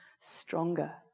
stronger